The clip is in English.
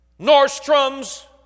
Nordstrom's